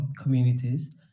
communities